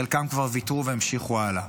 חלקם כבר ויתרו והמשיכו הלאה.